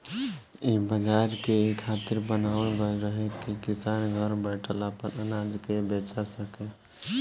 इ बाजार के इ खातिर बनावल गईल रहे की किसान घर बैठल आपन अनाज के बेचा सके